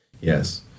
Yes